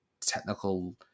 technical